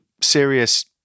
serious